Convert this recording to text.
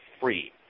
free